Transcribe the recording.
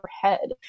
head